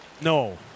No